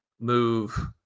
move